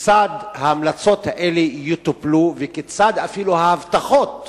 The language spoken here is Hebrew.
כיצד ההמלצות האלה יטופלו וכיצד אפילו ההבטחות